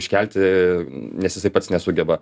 iškelti nes jisai pats nesugeba